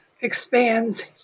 expands